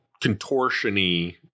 contortion-y